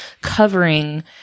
covering